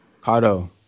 Cardo